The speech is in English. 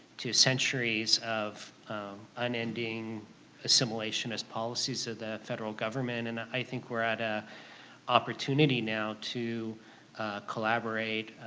to centuries of unending assimilation as policies of the federal government, and i think we're at a opportunity now to collaborate,